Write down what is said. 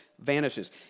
vanishes